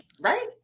Right